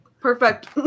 Perfect